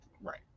right